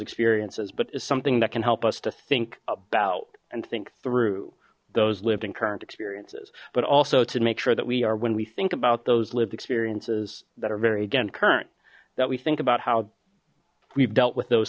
experiences but it's something that can help us to think about and think through those lived in current experiences but also to make sure that we are when we think about those lived experiences that are very again current that we think about how we've dealt with those